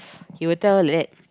he will tell like that